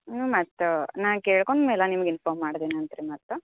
ಹ್ಞೂ ಮತ್ತೆ ನಾ ಕೇಳ್ಕೊಂಡ್ಮೇಲೆ ನಿಮ್ಗೆ ಇನ್ಫಾಮ್ ಮಾಡ್ತೇನಂತೆ ರೀ ಮತ್ತೆ